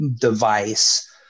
device